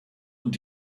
und